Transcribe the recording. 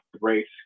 race